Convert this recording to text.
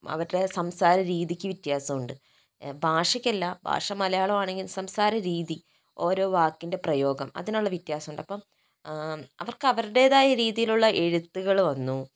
അവരുടെ സംസാരരീതിക്ക് വ്യത്യാസമുണ്ട് ഭാഷയ്ക്കല്ല ഭാഷ മലയാളമാണെങ്കിലും സംസാര രീതി ഓരോ വാക്കിൻ്റെ പ്രയോഗം അതിനുള്ള വ്യത്യാസമുണ്ട് അപ്പോൾ അവർക്ക് അവരുടേതായ രീതിയിലുള്ള എഴുത്തുകൾ വന്നു